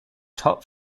top